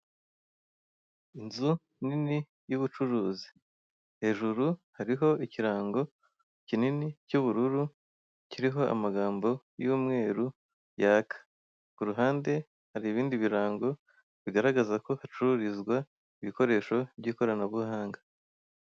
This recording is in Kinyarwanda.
Inzu nini y'ubucuruzi, hejuru hari ikirango kinini cy'ubururu kiriho amagambo y'umweru yaka, ku ruhande hari ibindi birango bagaragaza ko hacururizwa ibikoresho by'ikoranabuhanga.